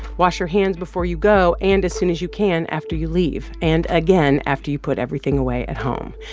wash your hands before you go and as soon as you can after you leave and again after you put everything away at home.